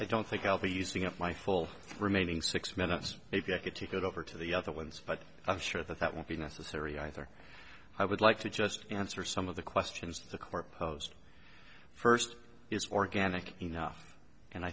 think i'll be using up my full remaining six minutes maybe i could take it over to the other ones but i'm sure that that won't be necessary either i would like to just answer some of the questions that the car posed first is organic enough and i